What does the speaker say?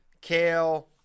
Kale